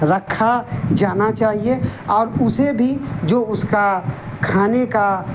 رکھا جانا چاہیے اور اسے بھی جو اس کا کھانے کا